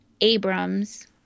Abrams